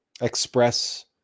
express